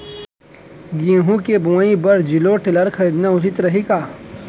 गेहूँ के बुवाई बर जीरो टिलर खरीदना उचित रही का?